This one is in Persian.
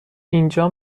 اینجا